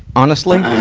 honestly.